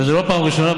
זו לא פעם ראשונה,